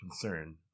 concern